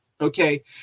Okay